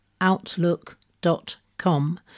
outlook.com